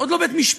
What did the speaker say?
עוד לא בית משפט,